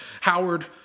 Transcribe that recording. Howard